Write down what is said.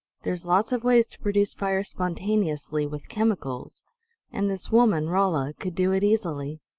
there's lots of ways to produce fire spontaneously, with chemicals and this woman rolla could do it easily.